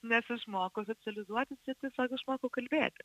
nes išmokau socializuotis ir tiesiog išmokau kalbėti